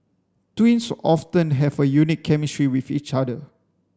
twins often have a unique chemistry with each other